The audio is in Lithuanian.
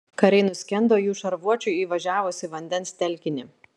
kariai nuskendo jų šarvuočiui įvažiavus į vandens telkinį